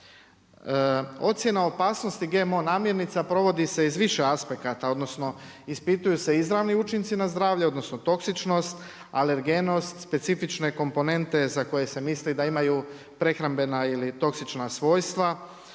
Ocjena opasnosti GMO namjernica provodi se iz više aspekata, odnosno ispituju se izravni učinci na zdravlje, odnosno toksičnost, alergenskog, specifične komponente za koje se misli da imaju prehrambena ili toksična svojstva.